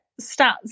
stats